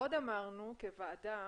עוד אמרנו כוועדה